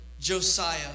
Josiah